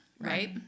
Right